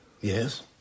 Yes